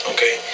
Okay